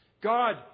God